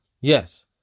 Yes